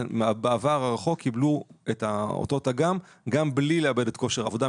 שבעבר הרחוק קיבלו את אותו תג"מ גם בלי לאבד את כושר העבודה,